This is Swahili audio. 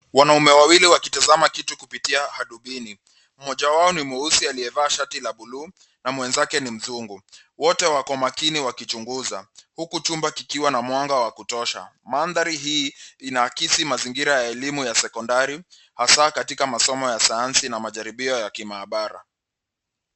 Wanaume wawili wakitazama kitu kupitia hadubini. Mmoja wao ni mweusi aliyevaa shati la bluu na mwenzake ni mzungu. Wote wako makini wakichunguza huku chumba kikiwa na mwanga wa kutosha. Mandhari hii inaakisi mazingira ya elimu ya sekondari hasa katika masomo ya sayansi na majaribio ya kimaabara.